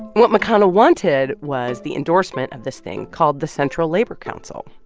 what mcconnell wanted was the endorsement of this thing called the central labor council.